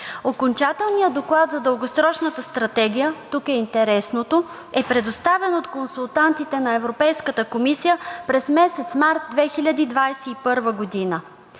Окончателният доклад за Дългосрочната стратегия е предоставен от консултантите на Европейската комисия през месец март 2021 г.,